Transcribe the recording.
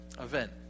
event